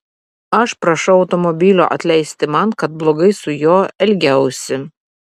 aš prašau automobilio atleisti man kad blogai su juo elgiausi